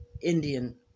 Indian